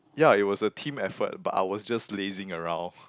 yeah it was a team effort but I was just lazying around